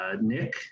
Nick